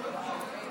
מה שמסבירים כאן,